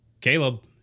Caleb